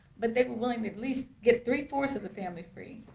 but they were willing to at least get three fourth of the family free,